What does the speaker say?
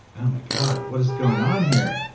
oh, my god what is going on here?